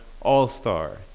all-star